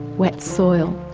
wet soil.